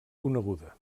coneguda